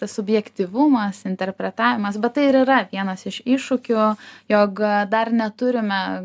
tas subjektyvumas interpretavimas bet tai ir yra vienas iš iššūkių jog dar neturime